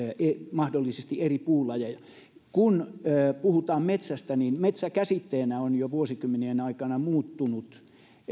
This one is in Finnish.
mahdollisesti eri puulajeja kun puhutaan metsästä niin metsä käsitteenä on jo vuosikymmenien aikana muuttunut